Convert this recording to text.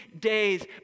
days